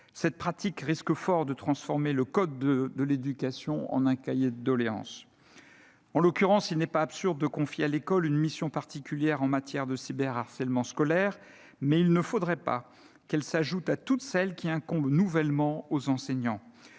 Cette pratique risque fort de transformer le code de l'éducation en un cahier de doléances. En l'occurrence, il n'est pas absurde de confier à l'école une mission particulière en matière de cyberharcèlement scolaire, mais il ne faudrait pas qu'elle s'ajoute à toutes celles qui incombent depuis peu aux enseignements.